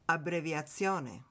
Abbreviazione